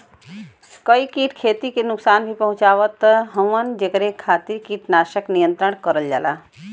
कई कीट खेती के नुकसान भी पहुंचावत हउवन जेकरे खातिर कीटनाशक नियंत्रण करल जाला